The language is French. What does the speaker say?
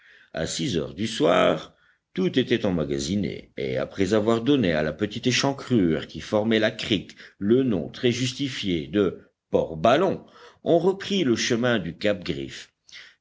à six heures du soir tout était emmagasiné et après avoir donné à la petite échancrure qui formait la crique le nom très justifié de port ballon on reprit le chemin du cap griffe